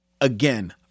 again